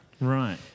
Right